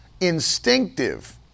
instinctive